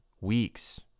weeks